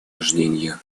рождения